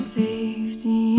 safety